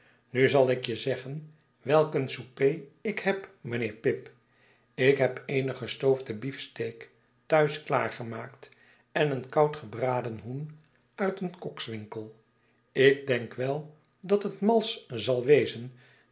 nu zal ik je zeggen welk een souper ik heb mijnheer pip ik heb eene gestoofde beefsteak thuis klaargemaakt en een koud gebraden hoen uit een kokswinkel ik denk wel dat het malsch zal wezen